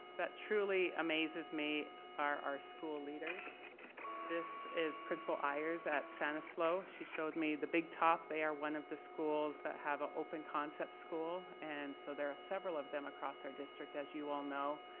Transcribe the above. that truly amazes me are our school leaders this is principal ayer at sanislo she showed me the big top. they are one of the schools that have ah open concept school and so there are several of them across our district as you all know.